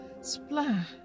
Splash